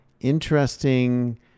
interesting